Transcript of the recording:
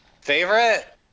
Favorite